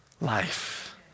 life